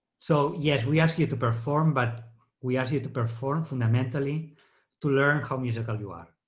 so yes we ask you to perform, but we ask you to perform fundamentally to learn how musical you are.